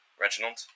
Reginald